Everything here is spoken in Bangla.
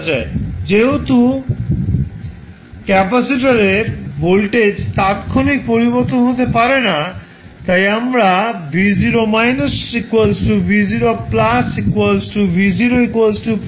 এখন যেহেতু ক্যাপাসিটার এর ভোল্টেজ তাত্ক্ষণিক পরিবর্তন হতে পারে না তাই আমরা v0− v0 v 15 ভোল্ট বলতে পারি